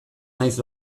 naiz